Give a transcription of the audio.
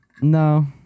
No